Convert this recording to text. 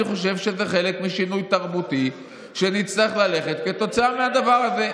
אני חושב שזה חלק משינוי תרבותי שנצטרך לעשות כתוצאה מהדבר הזה.